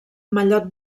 mallot